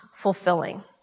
fulfilling